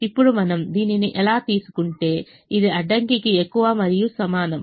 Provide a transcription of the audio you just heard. ఇప్పుడు మనం దీనిని ఇలా తీసుకుంటే ఇది అడ్డంకికి ఎక్కువ మరియు సమానం